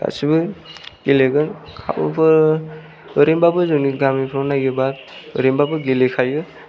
गासैबो गेलेगोन खाबुफोर ओरैनोबाबो जोंनि गामिफ्राव नायोबा ओरैनोबाबो गेलेखायो